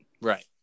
Right